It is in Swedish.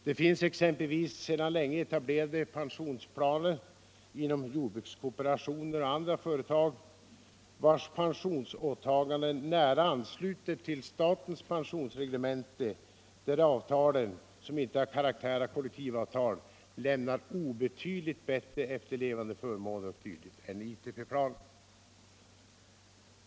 Det finns exempelvis sedan länge etablerade pensionsplaner inom jordbrukskooperationen och andra företag, vilkas pensionsåtaganden nära ansluter till statens pensionsreglemente, där avtalen — som inte har karaktär av kollektivavtal — lämnar obetydligt bättre efterlevandeförmåner än ITP-planen.